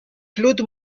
claude